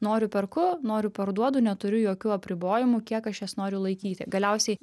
noriu perku noriu parduodu neturiu jokių apribojimų kiek aš jas noriu laikyti galiausiai